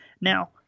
Now